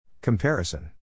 Comparison